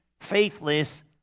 faithless